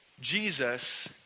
Jesus